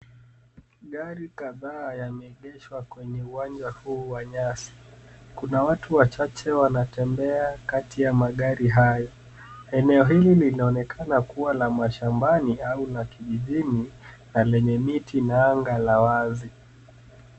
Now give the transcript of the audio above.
Magari kadhaa yameegeshwa kwenye uwanja huu wa nyasi. Kuna watu wachache wanatembea kati ya magari hayo. Eneo hili linaonekana kuwa la mashambani au la kijijini na lenye miti na anga la wazi.